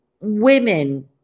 women